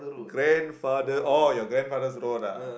grandfather oh your grandfather's road ah